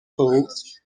pools